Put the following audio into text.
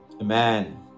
Amen